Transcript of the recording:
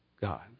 God